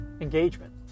engagement